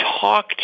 talk